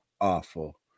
Awful